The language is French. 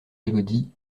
élodie